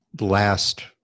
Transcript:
Last